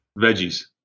Veggies